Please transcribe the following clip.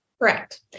Correct